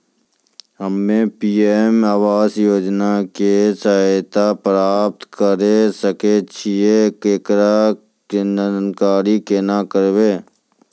हम्मे पी.एम आवास योजना के सहायता प्राप्त करें सकय छियै, एकरो जानकारी केना करबै?